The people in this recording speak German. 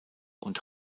und